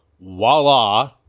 voila